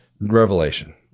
Revelation